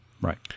Right